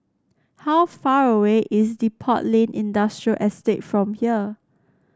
how far away is Depot Lane Industrial Estate from here